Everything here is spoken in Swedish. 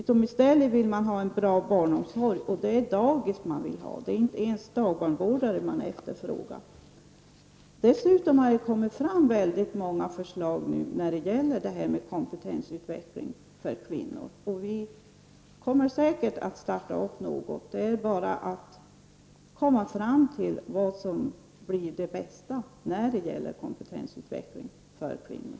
I stället vill kvinnorna ha bra barnomsorg, och då är det dagis man vill ha. Det är inte ens dagbarnvårdare som efterfrågas. Det har kommit fram många förslag nu vad gäller kompetensutveckling för kvinnor. Vi kommer säkert att starta upp något. Det är bara att komma fram till vad som blir det bästa när det gäller kompetensutveckling för kvinnor.